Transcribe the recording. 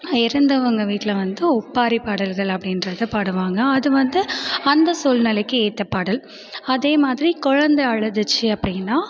இறந்தவங்க வீட்டில் வந்து ஒப்பாரி பாடல்கள் அப்படின்றது பாடுவாங்க அது வந்து அந்த சூழ்நிலைக்கு ஏற்ற பாடல் அதே மாதிரி குழந்த அழுதுச்சு அப்படினா